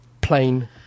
Plain